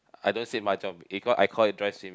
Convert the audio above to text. I don't say mahjong because I call it dry swimming